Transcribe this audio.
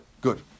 Good